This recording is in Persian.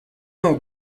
نوع